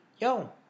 Yo